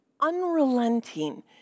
unrelenting